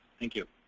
thank you.